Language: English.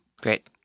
Great